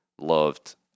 loved